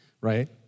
right